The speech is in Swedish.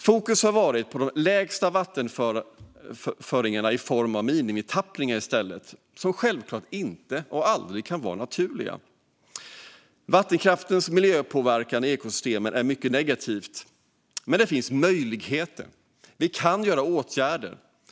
Fokus har i stället varit på de lägsta vattenföringarna i form av minimitappningar, som självklart aldrig kan vara naturliga. Vattenkraftens påverkan på miljön och ekosystemen är mycket negativ. Men det finns möjligheter; vi kan vidta åtgärder.